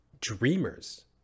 dreamers